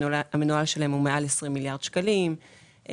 המנוהל שלהם הוא מעל 20 מיליארד שקלים וכדומה.